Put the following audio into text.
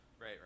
right